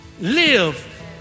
Live